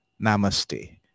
namaste